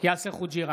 יאסר חוג'יראת,